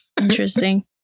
interesting